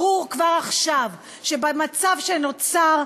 ברור כבר עכשיו שבמצב שנוצר,